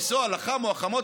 לנסוע לחם או לחמות,